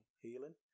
healing